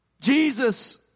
Jesus